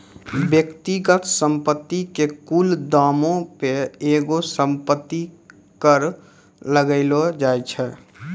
व्यक्तिगत संपत्ति के कुल दामो पे एगो संपत्ति कर लगैलो जाय छै